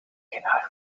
eigenaar